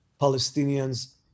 Palestinians